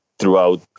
Throughout